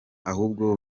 ahubwo